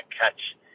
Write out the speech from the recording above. catch